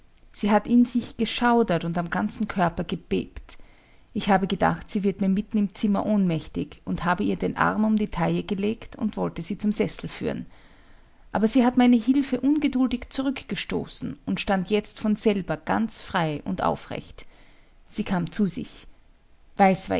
sie hat in sich geschaudert und am ganzen körper gebebt ich habe gedacht sie wird mir mitten im zimmer ohnmächtig und habe ihr den arm um die taille gelegt und wollte sie zum sessel führen aber sie hat meine hilfe ungeduldig zurückgestoßen und stand jetzt von selber ganz frei und aufrecht sie kam zu sich weiß